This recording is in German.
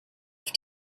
auf